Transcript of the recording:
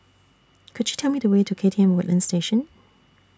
Could YOU Tell Me The Way to K T M Woodlands Station